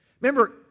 Remember